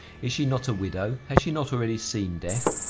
is she not a widow? has she not already seen death?